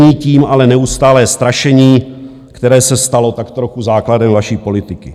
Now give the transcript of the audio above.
Není tím ale neustálé strašení, které se stalo tak trochu základem vaší politiky.